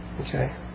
Okay